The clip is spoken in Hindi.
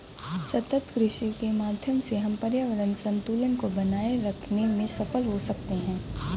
सतत कृषि के माध्यम से हम पर्यावरण संतुलन को बनाए रखते में सफल हो सकते हैं